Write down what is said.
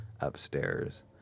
upstairs